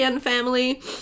family